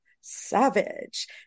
savage